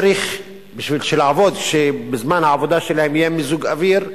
כדי שבזמן העבודה שלהן יהיה מיזוג אוויר,